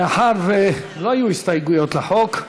מאחר שלא היו הסתייגויות לחוק,